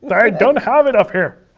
i don't have it up here.